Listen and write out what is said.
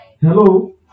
Hello